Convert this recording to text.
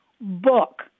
book